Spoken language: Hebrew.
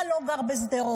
אתה לא גר בשדרות,